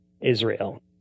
Israel